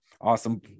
awesome